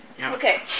Okay